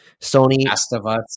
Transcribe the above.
Sony